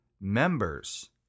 members